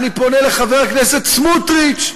אני פונה לחבר הכנסת סמוטריץ,